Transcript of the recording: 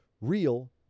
real